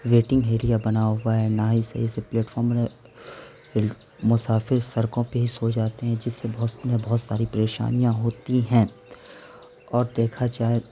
waiting area بنا ہوا ہے نہ ہی صحیح سے فلیٹفام بنے مسافر سڑکوں پہ ہی سو جاتے ہیں جس سے بہت انہیں ساری پریشانیاں ہوتی ہیں اور دیکھا جائے